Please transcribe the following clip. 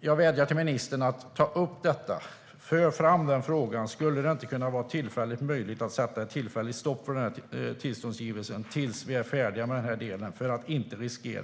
Jag vädjar alltså till ministern att ta upp detta och föra fram frågan: Skulle det inte vara möjligt att sätta ett tillfälligt stopp för tillståndsgivningen tills vi är färdiga med den här delen så att vi inte riskerar